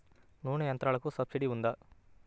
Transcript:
నూనె యంత్రాలకు సబ్సిడీ ఉందా?